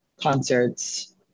concerts